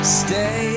stay